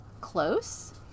close